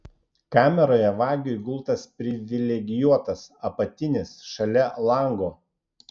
kameroje vagiui gultas privilegijuotas apatinis šalia lango